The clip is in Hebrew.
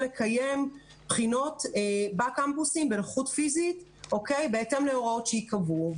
לקיים בחינות בקמפוסים בנוכחות פיזית בהתאם להוראות שייקבעו.